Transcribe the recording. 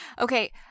Okay